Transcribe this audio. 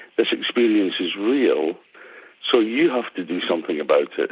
this experience is real so you have to do something about it,